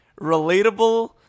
relatable